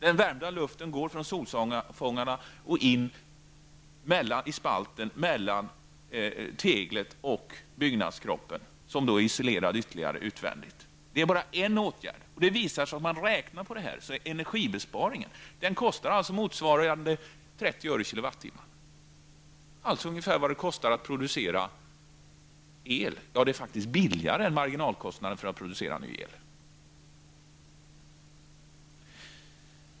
Den uppvärmda luften går sedan från solfångaren in i spalten mellan teglet och byggnadskroppen, som är ytterligare isolerad utvändigt. Detta är bara en åtgärd. Det har visat sig att det innebär energibesparingar. Det kostar ungefär 30 öre/kWh, alltså mindre än marginalkostnaden för att producera ny el.